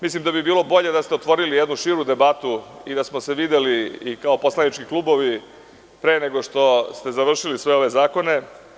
Mislim da bi bilo bolje da ste otvorili jednu širu debatu i da smo se videli i kao poslanički klubovi pre nego što ste završili sve ove zakone.